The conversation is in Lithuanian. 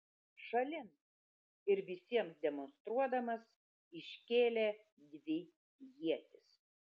šalin ir visiems demonstruodamas iškėlė dvi ietis